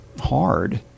hard